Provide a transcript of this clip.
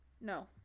No